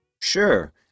Sure